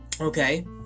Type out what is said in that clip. Okay